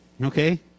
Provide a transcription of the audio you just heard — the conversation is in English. okay